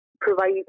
provide